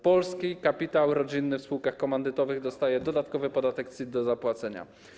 Polski kapitał rodzinny w spółkach komandytowych dostaje dodatkowy podatek CIT do zapłacenia.